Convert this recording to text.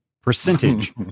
percentage